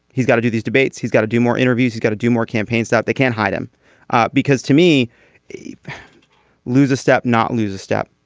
he's got to do these debates. he's got to do more interviews he's got to do more campaigns that they can't hide him because to me you lose a step not lose a step.